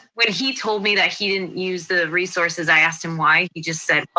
when he told me that he didn't use the resources, i asked him why, he just said, well,